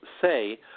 say